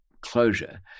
closure